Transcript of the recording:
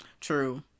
True